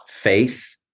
Faith